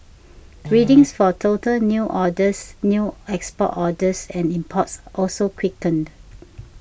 readings for total new orders new export orders and imports also quickened